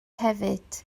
hefyd